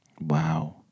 wow